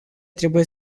trebuie